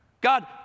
God